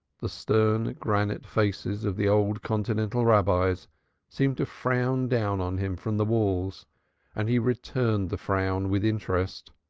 the stern granite faces of the old continental rabbis seemed to frown down on him from the walls and he returned the frown with interest.